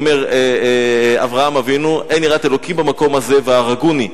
אומר אברהם אבינו: אין יראת אלוקים במקום הזה והרגוני.